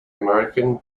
american